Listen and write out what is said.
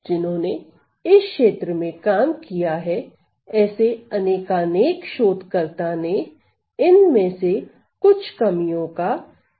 जिन्होंने इस क्षेत्र में काम किया है ऐसे अनेकानेक शोधकर्ता ने इन में से कुछ कमियों का उल्लेख किया है